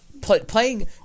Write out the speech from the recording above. playing